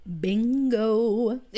Bingo